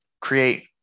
create